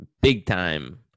big-time